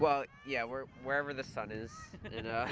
well yeah we're wherever the sun is